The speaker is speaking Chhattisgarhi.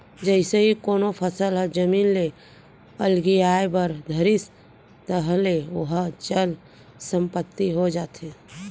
जइसे ही कोनो फसल ह जमीन ले अलगियाये बर धरिस ताहले ओहा चल संपत्ति हो जाथे